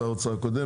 שר האוצר הקודם,